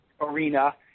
arena